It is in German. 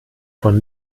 von